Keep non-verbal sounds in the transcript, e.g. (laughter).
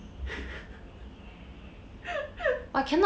(laughs)